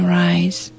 rise